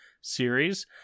series